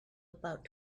about